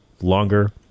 longer